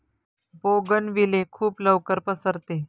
bougainvillea खूप लवकर पसरते